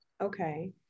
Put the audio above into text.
Okay